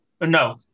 No